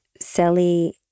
Sally